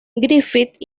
griffith